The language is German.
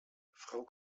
frau